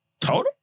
total